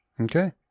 Okay